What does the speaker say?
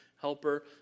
helper